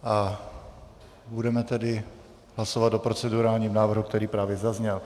A budeme tedy hlasovat o procedurálním návrhu, který právě zazněl.